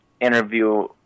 interview